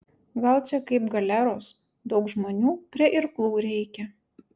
gal čia kaip galeros daug žmonių prie irklų reikia